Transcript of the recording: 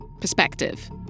perspective